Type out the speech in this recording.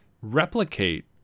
replicate